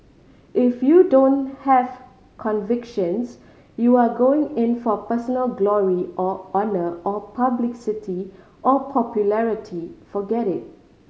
if you don't have convictions you are going in for personal glory or honour or publicity or popularity forget it